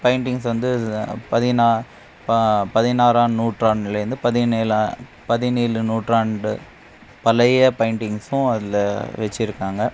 paintings வந்து பதினாறாம் நூற்றாண்டுலேந்து பதினேழாம் பதினேழு நூற்றாண்டு பழைய பெயிண்டிங்ஸும் அதில் வெச்சுருக்காங்க